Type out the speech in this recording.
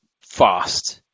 fast